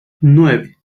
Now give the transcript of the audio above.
nueve